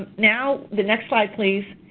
now the next slide, please.